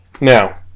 Now